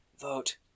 vote